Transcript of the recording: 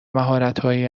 مهارتهایی